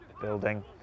building